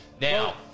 Now